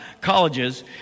colleges